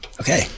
Okay